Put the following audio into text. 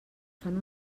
fan